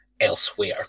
elsewhere